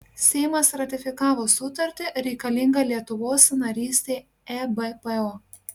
seimas ratifikavo sutartį reikalingą lietuvos narystei ebpo